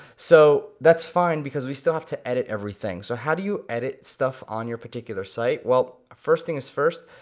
so that's fine because we still have to edit everything. so how do you edit stuff on your particular site? well, first thing is first,